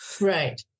Right